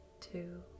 two